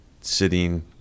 sitting